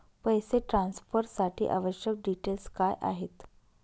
पैसे ट्रान्सफरसाठी आवश्यक डिटेल्स काय आहेत?